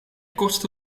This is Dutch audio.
kortste